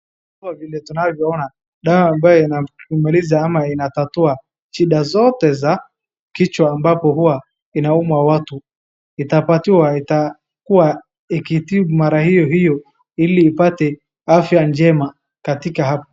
Kama tunavyoona dawa ambayo inamaliza ama inatatua shida zote za kichwa ambapo inauma watu itapatiwa itakuwa ikitibu mara hio hio ili ipate afya njema katika.